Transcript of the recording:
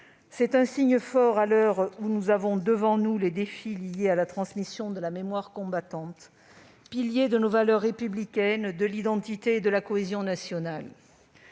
C'est un signe fort, à l'heure où nous avons devant nous les défis liés à la transmission de la mémoire combattante, pilier de nos valeurs républicaines, de l'identité et de la cohésion nationale.